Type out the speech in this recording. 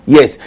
Yes